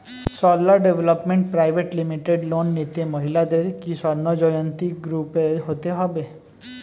Sarala development private limited loan নিতে মহিলাদের কি স্বর্ণ জয়ন্তী গ্রুপে হতে হবে?